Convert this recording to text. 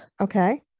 Okay